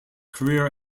career